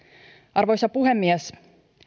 arvoisa puhemies